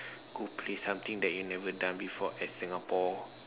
go play something that you never done before at Singapore